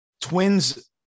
Twins